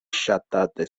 ŝatata